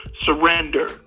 surrender